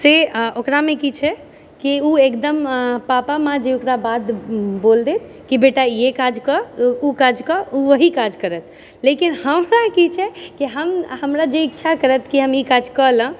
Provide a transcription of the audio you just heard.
से ओकरामे की छै कि ओ एगदम पापा माँमे जे ओकरा बात बोल देत कि बेटा ये काज कर ओ काज कर ओ ओएह काज करत लेकिन हमरा की छै कि हम हमरा जे इच्छा करत कि हम ई काज कऽ लऽ